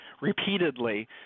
repeatedly